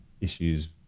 issues